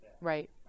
Right